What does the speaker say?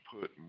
put